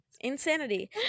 Insanity